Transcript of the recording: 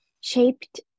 shaped